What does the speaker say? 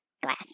glass